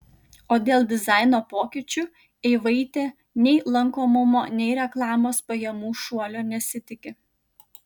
o dėl dizaino pokyčių eivaitė nei lankomumo nei reklamos pajamų šuolio nesitiki